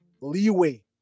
leeway